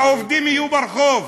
העובדים יהיו ברחוב.